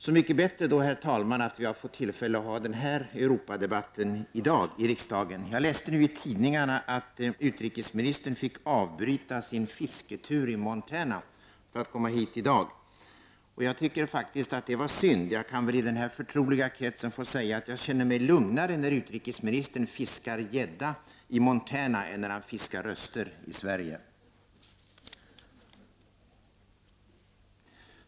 Så mycket bättre då, herr talman, att vi i dag har fått tillfälle att föra den här Jag läste i tidningarna att utrikesministern fick avbryta sin fisketur i Montana för att komma hit i dag. Det tycker jag faktiskt var synd. I denna förtroliga krets kan jag säga att jag känner mig lugnare när utrikesministern fiskar gädda i Montana än när han fiskar röster i Sverige.